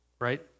right